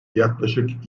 yaklaşık